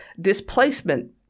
displacement